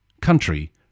country